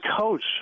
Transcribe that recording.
coach